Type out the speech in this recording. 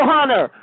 Hunter